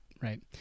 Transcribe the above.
right